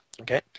Okay